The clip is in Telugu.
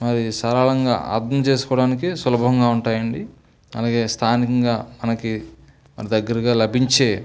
మరి సరళంగా అర్థం చేసుకోవడానికి సులభంగా ఉంటాయి అండి అలాగే స్థానికంగా మనకి దగ్గరగా లభించే